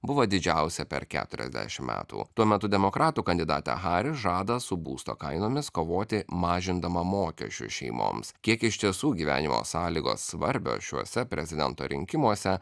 buvo didžiausia per keturiasdešim metų tuo metu demokratų kandidatė haris žada su būsto kainomis kovoti mažindama mokesčius šeimoms kiek iš tiesų gyvenimo sąlygos svarbios šiuose prezidento rinkimuose